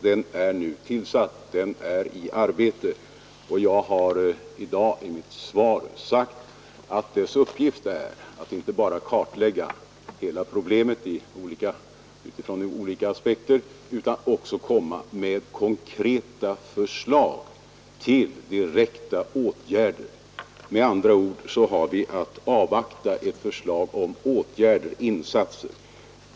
Den är nu tillsatt, den är i arbete, och jag har i dag i mitt svar sagt att dess uppgift är inte bara att kartlägga hela problemet ur olika aspekter utan också att komma med konkreta förslag till direkta åtgärder. Med andra ord har vi att avvakta ett förslag om åtgärder och insatser.